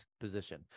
position